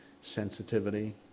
sensitivity